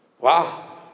Wow